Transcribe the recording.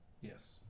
Yes